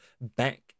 back